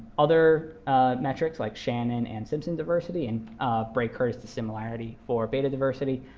other metrics, like shannon and simpson diversity, and bray-curtis dissimilarity for beta diversity,